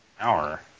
Hour